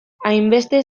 hainbeste